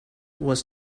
was